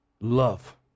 Love